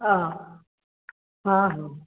अहा हाँ हाँ